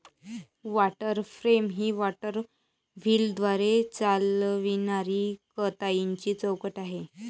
water frame ही water व्हीलद्वारे चालविणारी कताईची चौकट आहे